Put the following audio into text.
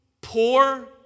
poor